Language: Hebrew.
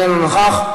איננו נוכח,